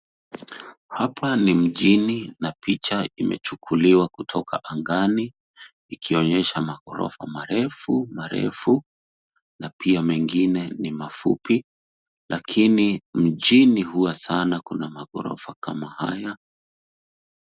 Hapa ni mjini na picha imechukuliwa kutoka angani ikionyesha maghorofa marefu marefu na pia mengine ni mafupi, lakini mjini husa sana na maghorofa kama haya.